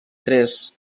tres